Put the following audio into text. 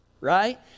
right